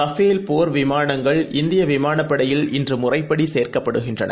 Rafale போர் விமானங்கள் இந்தியவிமானப் படையில் இன்றுமுறைப்படிசேர்க்கப்படுகின்றன